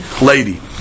lady